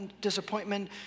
disappointment